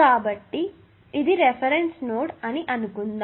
కాబట్టి ఇది reference node అని అనుకుందాం